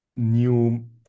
new